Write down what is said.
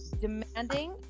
demanding